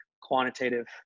quantitative